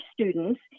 students